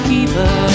Keeper